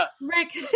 Rick